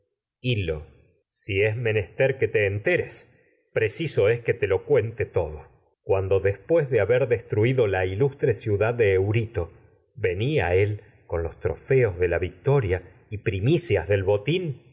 hil lo si te es que te enteres preciso es que lo cuente todo cuando después de haber con destruido trofeos de la ilustre ciudad de eurito venía él en los la victoria y primicias del botín